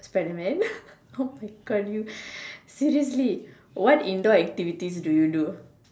spiderman oh my God you seriously what indoor activity do you do